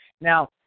Now